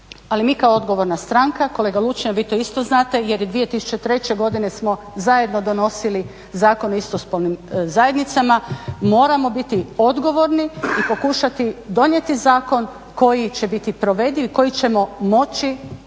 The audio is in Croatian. Ali mi kao odgovorna stranka, kolega Lučin vi to isto znate jer je 2003.godine smo zajedno donosili Zakon o istospolnim zajednicama moramo biti odgovorni i pokušati donijeti zakon koji će biti provediv i koji ćemo moći